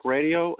Radio